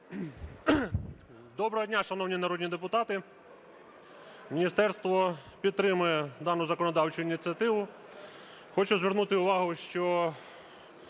Доброго дня, шановні народні депутати! Міністерство підтримує дану законодавчу ініціативу. Хочу звернути увагу, що